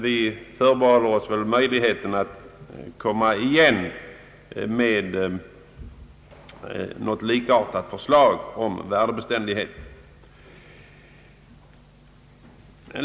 Vi förbehåller oss möjligheten att komma igen med ett likartat förslag i fråga om värdebeständigheten.